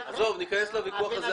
עזוב, ניכנס לוויכוח הזה אחר כך.